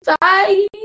Bye